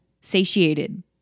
satiated